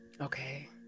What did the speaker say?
Okay